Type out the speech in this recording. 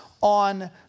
on